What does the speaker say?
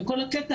כל הקטע